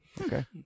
okay